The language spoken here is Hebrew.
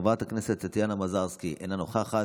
חברת הכנסת טטיאנה מזרסקי, אינה נוכחת,